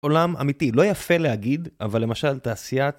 עולם אמיתי, לא יפה להגיד, אבל למשל, תעשיית...